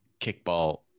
kickball